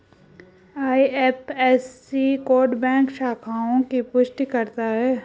IFSC code bank शाखाओं की पुष्टि करता है